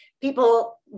people